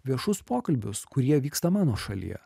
viešus pokalbius kurie vyksta mano šalyje